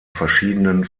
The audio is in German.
verschiedenen